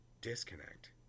disconnect